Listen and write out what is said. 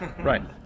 Right